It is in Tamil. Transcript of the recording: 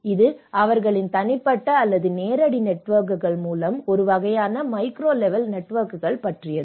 இது அவர்களின் தனிப்பட்ட அல்லது நேரடி நெட்வொர்க்குகள் மூலம் ஒரு வகையான மைக்ரோ லெவல் நெட்வொர்க்குகள் பற்றியது